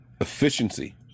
efficiency